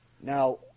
Now